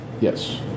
Yes